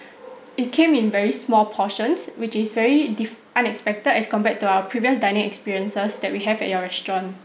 it came in very small portions which is very dif~ unexpected as compared to our previous dining experiences that we have at your restaurant